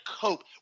cope